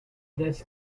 this